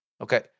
Okay